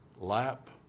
lap